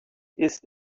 ist